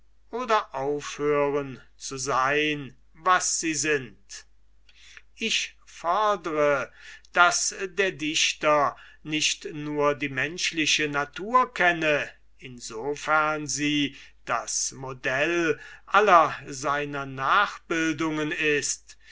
oder aufhören zu sein was sie sind ich fodre daß der dichter nicht nur die menschliche natur kenne in so ferne sie das modell aller seiner nachbildungen ist